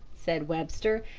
said webster.